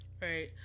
right